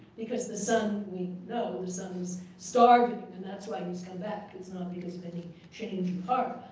because the son, we know the son's starving and that's why he's come back. it's not because of any change of heart.